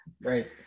Right